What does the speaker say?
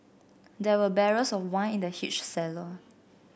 there were barrels of wine in the huge cellar